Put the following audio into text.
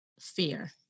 fear